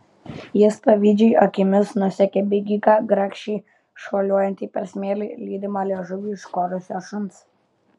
jis pavydžiai akimis nusekė bėgiką grakščiai šuoliuojantį per smėlį lydimą liežuvį iškorusio šuns